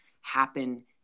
happen